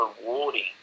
rewarding